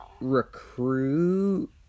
Recruit